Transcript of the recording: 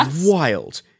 wild